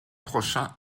prochain